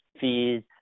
fees